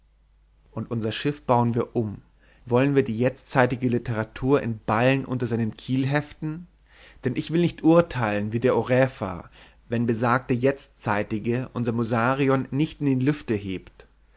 und unser schiff bauen wir um wollen wir die jetztzeitige litteratur in ballen unter seinen kiel heften denn ich will urteilen wie der oräfa wenn besagte jetztzeitige unser musarion nicht in die lüfte hebt